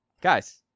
Guys